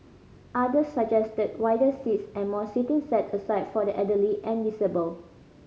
others suggested wider seats and more seating set aside for the elderly and disabled